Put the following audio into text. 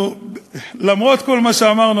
למרות כל מה שאמרנו,